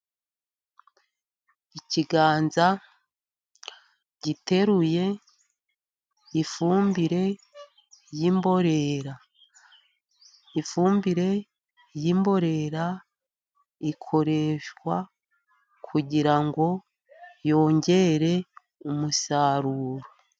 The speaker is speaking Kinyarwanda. Ikiganza giteruye ifumbire y'imborera. Ifumbire y'imborera ikoreshwa kugira ngo yongere umusaruro.